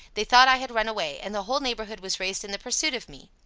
they thought i had run away, and the whole neighbourhood was raised in the pursuit of me.